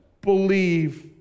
believe